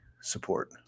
support